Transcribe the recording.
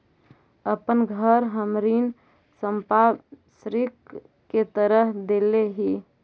अपन घर हम ऋण संपार्श्विक के तरह देले ही